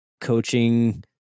coaching